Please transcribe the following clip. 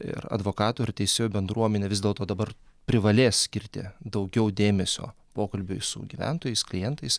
ir advokatų ir teisėjų bendruomenė vis dėlto dabar privalės skirti daugiau dėmesio pokalbiui su gyventojais klientais